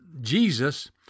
Jesus